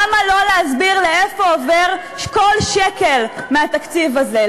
למה לא להסביר לאיפה עובר כל שקל מהתקציב הזה,